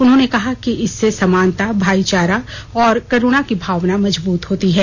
उन्होंने कहा कि इससे समानता भाईचारा और करुणा की भावना मजबूत होती है